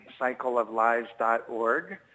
cycleoflives.org